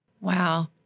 Wow